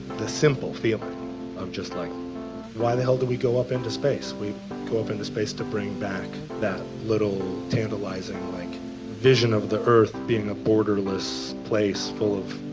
the simple feeling of just, like why the hell did we go up into space? we go up into space to bring back that little tantalizing like vision of the earth being a borderless place full of